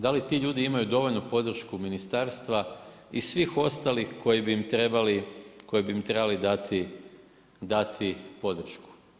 Da li ti ljudi imaju dovoljnu podršku ministarstva i svih ostalih koji bi im trebali dati podršku.